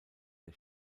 der